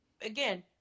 again